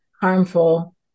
harmful